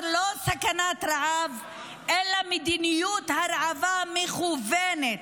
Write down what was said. לא סכנת רעב אלא מדיניות הרעבה מכוונת.